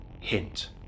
Hint